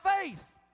faith